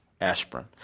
aspirin